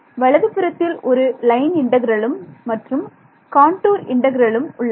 வலதுபுறத்தில் ஒரு லைன் இன்டெக்ரலும் மற்றும் காண்டூர் இன்டெக்ரலும் உள்ளன